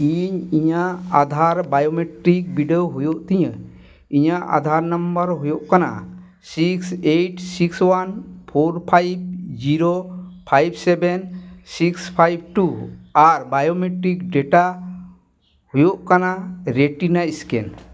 ᱤᱧ ᱤᱧᱟᱹᱜ ᱟᱫᱷᱟᱨ ᱵᱟᱭᱳᱢᱮᱴᱨᱤᱠ ᱵᱤᱰᱟᱹᱣ ᱦᱩᱭᱩᱜ ᱛᱤᱧᱟᱹ ᱤᱧᱟᱹᱜ ᱟᱫᱷᱟᱨ ᱱᱟᱢᱵᱟᱨ ᱦᱩᱭᱩᱜ ᱠᱟᱱᱟ six eight six one four five zero five seven six five two ᱟᱨ ᱵᱟᱭᱳᱢᱮᱴᱨᱤᱠ ᱰᱮᱴᱟ ᱦᱩᱭᱩᱜ ᱠᱟᱱᱟ ᱨᱮᱴᱤᱱᱟ ᱥᱠᱮᱱ